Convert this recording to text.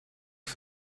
for